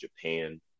Japan